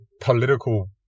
political